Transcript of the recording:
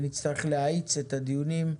נצטרך להאיץ את הדיונים,